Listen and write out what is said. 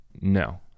No